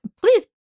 please